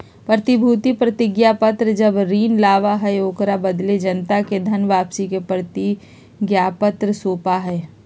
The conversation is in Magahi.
प्रतिभूति प्रतिज्ञापत्र जब ऋण लाबा हइ, ओकरा बदले जनता के धन वापसी के प्रतिज्ञापत्र सौपा हइ